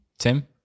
Tim